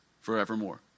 forevermore